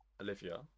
Olivia